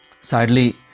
sadly